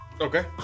Okay